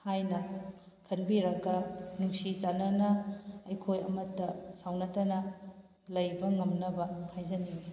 ꯍꯥꯏꯅ ꯈꯟꯕꯤꯔꯒ ꯅꯨꯡꯁꯤ ꯆꯥꯟꯅꯅ ꯑꯩꯈꯣꯏ ꯑꯃꯇ ꯁꯥꯎꯅꯗꯅ ꯂꯩꯕ ꯉꯝꯅꯕ ꯍꯥꯏꯖꯅꯤꯡꯉꯤ